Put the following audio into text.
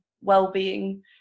well-being